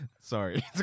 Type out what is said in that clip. sorry